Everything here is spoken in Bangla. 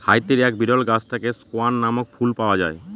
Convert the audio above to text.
হাইতির এক বিরল গাছ থেকে স্কোয়ান নামক ফুল পাওয়া যায়